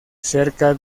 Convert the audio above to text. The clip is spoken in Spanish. cerca